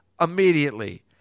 immediately